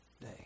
day